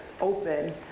open